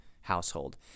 household